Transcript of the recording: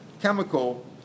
chemical